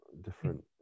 Different